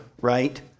right